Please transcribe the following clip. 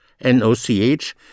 N-O-C-H